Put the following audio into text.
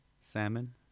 Salmon